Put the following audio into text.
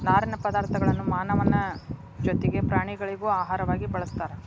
ನಾರಿನ ಪದಾರ್ಥಗಳನ್ನು ಮಾನವನ ಜೊತಿಗೆ ಪ್ರಾಣಿಗಳಿಗೂ ಆಹಾರವಾಗಿ ಬಳಸ್ತಾರ